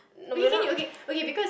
no we're not